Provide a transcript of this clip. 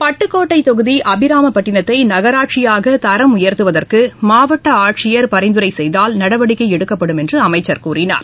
பட்டுக்கோட்டை தொகுதி அபிராமப்பட்டினத்தை நகராட்சியாக தரம் உயர்த்துவதற்கு மாவட்ட ஆட்சியர் பரிந்துரை செய்தால் நடவடிக்கை எடுக்கப்படும் என்று அமைச்சர் கூறினார்